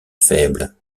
faible